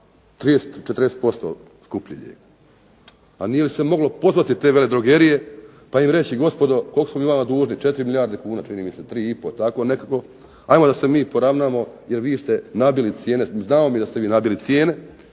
30, 40% skuplji lijek. A nije li se moglo pozvati te veledrogerije pa im reći gospodo, koliko smo mi vama dužni 4 milijarde kuna čini mi se, 3 i pol, tako nekako, ajmo da se mi poravnamo, jer vi ste nabili cijene, dajte realno cijene,